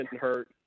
hurt